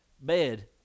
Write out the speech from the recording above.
bed